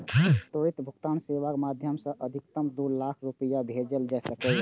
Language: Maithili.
त्वरित भुगतान सेवाक माध्यम सं अधिकतम दू लाख रुपैया भेजल जा सकैए